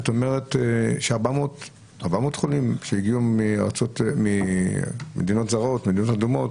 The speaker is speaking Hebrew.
שאת אומרת ש-400 חולים שהגיעו ממדינות אדומות